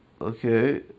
Okay